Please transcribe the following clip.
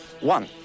one